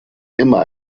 immer